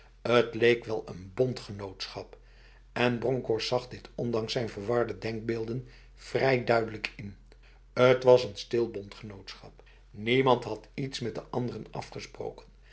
het leek wel een bondgenootschap en bronkhorst zag dit ondanks zijn verwarde denkbeelden vrij duidelijk in het was een stil bondgenootschapl niemand had iets met de anderen afgesproken